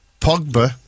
Pogba